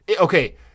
Okay